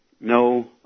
no